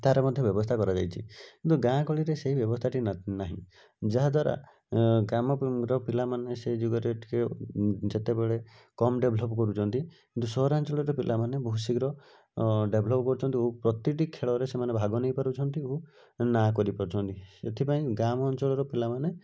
ତା'ର ମଧ୍ୟ ବ୍ୟବସ୍ଥା କରାଯାଇଛି କିନ୍ତୁ ଗାଁ ଗହଳିରେ ସେହି ବ୍ୟବସ୍ଥାଟି ନାହିଁ ଯାହା ଦ୍ଵାରା ଗ୍ରାମର ପିଲାମାନେ ସେଇ ଯୁଗରେ ଟିକିଏ ଯେତେବେଳେ କମ୍ ଡେଭ୍ଲପ୍ କରୁଛନ୍ତି କିନ୍ତୁ ସହରାଞ୍ଚଳରେ ପିଲାମାନେ ବହୁତ ଶୀଘ୍ର ଡେଭ୍ଲପ୍ କରୁଛନ୍ତି ଓ ପ୍ରତିଟି ଖେଳରେ ସେମାନେ ଭାଗ ନେଇପାରୁଛନ୍ତି ଓ ନାଁ କରିପାରୁଛନ୍ତି ସେଥିପାଇଁ ଗ୍ରାମାଞ୍ଚଳର ପିଲାମାନେ